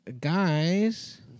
Guys